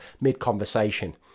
mid-conversation